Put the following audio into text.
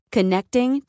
Connecting